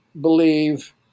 believe